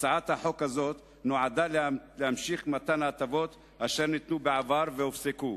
הצעת החוק הזאת נועדה להמשיך מתן הטבות אשר ניתנו בעבר והופסקו.